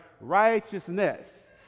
righteousness